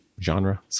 genre